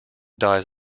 dies